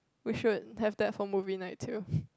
we should have that for movie night too